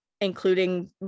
including